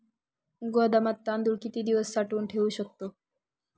गोदामात तांदूळ किती दिवस साठवून ठेवू शकतो?